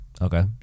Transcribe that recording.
Okay